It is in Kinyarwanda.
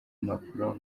mpapuro